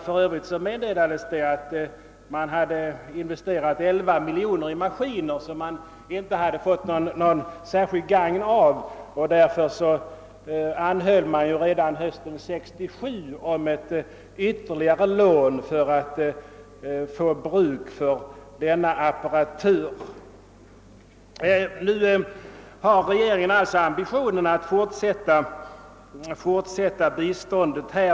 För övrigt meddelades det att man hade investerat 11 miljoner i maskiner som man inte hade fått något särskilt gagn av, och man anhöll redan hösten 1967 om ett ytterligare lån för att få bruk för denna apparatur. Nu har regeringen alltså ambitionen att fortsätta med biståndet.